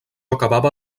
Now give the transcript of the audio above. acabava